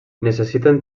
necessiten